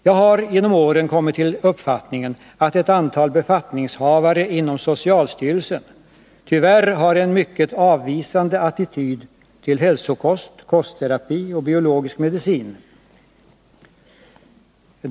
Jag har genom åren kommit till uppfattningen att ett antal befattningshavare inom socialstyrelsen tyvärr har en mycket avvisande attityd till hälsokost, kostterapi och biologisk medicin.